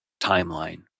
timeline